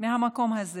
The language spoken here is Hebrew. מהמקום הזה